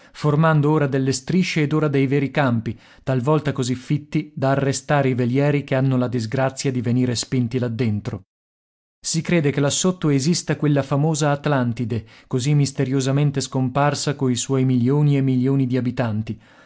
formando ora delle strisce ed ora dei veri campi talvolta così fitti da arrestare i velieri che hanno la disgrazia di venire spinti là dentro si crede che là sotto esista quella famosa atlantide così misteriosamente scomparsa coi suoi milioni e milioni di abitanti